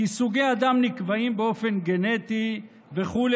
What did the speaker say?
כי סוג הדם נקבעים באופן גנטי וכו',